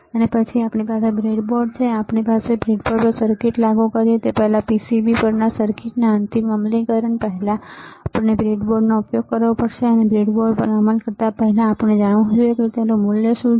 અને પછી આપણી પાસે બ્રેડબોર્ડ છે અને આપણે બ્રેડબોર્ડ પર સર્કિટ લાગુ કરીએ તે પહેલાં PCB પર સર્કિટના અંતિમ અમલીકરણ પહેલાં આપણે બ્રેડબોર્ડનો ઉપયોગ કરવો પડશે અને બ્રેડબોર્ડ પર અમલ કરતા પહેલા આપણે જાણવું જોઈએ કે તેનું મૂલ્ય શું છે